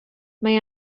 mae